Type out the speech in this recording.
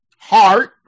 heart